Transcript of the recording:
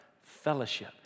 fellowship